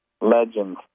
Legend